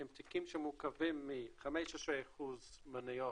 שהם תיקים שמורכבים מ-15% מניות,